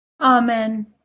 Amen